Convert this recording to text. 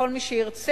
לכל מי שירצה,